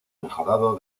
mejorado